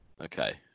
Okay